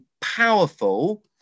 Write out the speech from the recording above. powerful